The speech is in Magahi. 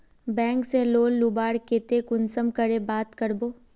बैंक से लोन लुबार केते कुंसम करे बात करबो?